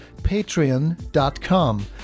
patreon.com